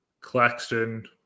Claxton